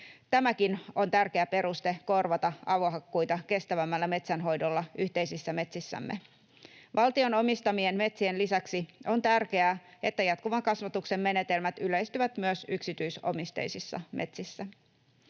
Tämäkin on tärkeä peruste korvata avohakkuita kestävämmällä metsänhoidolla yhteisissä metsissämme. Valtion omistamien metsien lisäksi on tärkeää, että jatkuvan kasvatuksen menetelmät yleistyvät myös yksityisomisteisissa metsissä.